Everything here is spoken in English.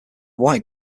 wight